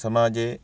समाजे